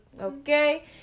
okay